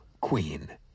Queen